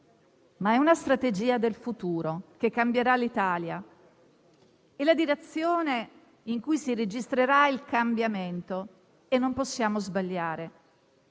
ma è una strategia del futuro, che cambierà l'Italia: è la direzione in cui si registrerà il cambiamento e non possiamo sbagliare.